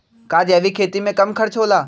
का जैविक खेती में कम खर्च होला?